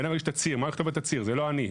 ובן אדם יגיש תצהיר, שבו נאמר: זה לא אני.